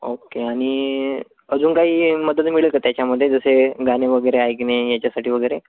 okay आणि अजून काही मदत मिळेल का त्याच्यामध्ये जसे गाणे वगैरे ऐकणे याच्यासाठी वगैरे